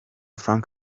frank